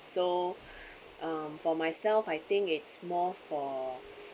so um for myself I think it's more for